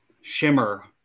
shimmer